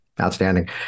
Outstanding